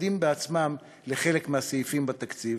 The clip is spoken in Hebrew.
מתנגדים בעצמם לחלק מהסעיפים בתקציב